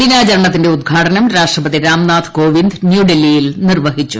ദിനാചരണത്തിന്റെ ഉദ്ഘാടനം രാഷ്ട്രപതി രാംനാഥ് കോവിന്ദ് ന്യൂഡൽഹിയിൽ നിർവ്വഹിച്ചു